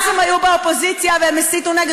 אז הם היו באופוזיציה והם הסיתו נגד